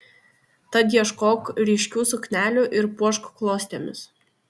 tad ieškok ryškių suknelių ir puošk klostėmis